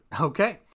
Okay